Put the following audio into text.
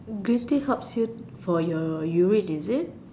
gluten helps you for your urine is it